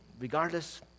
regardless